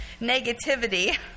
negativity